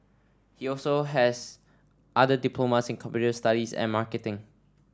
he also has other diplomas in computer studies and marketing